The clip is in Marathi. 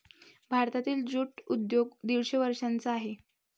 भारतातील ज्यूट उद्योग दीडशे वर्षांचा आहे